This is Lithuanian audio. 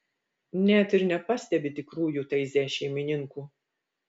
net ir nepastebi tikrųjų taize šeimininkų